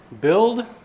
build